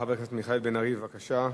חבר הכנסת מיכאל בן-ארי, בבקשה.